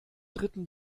dritten